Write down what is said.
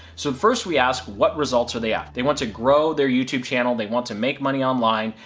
so first we ask what results are they after. they want to grow their youtube channel, they want to make money online,